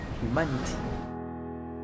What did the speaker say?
humanity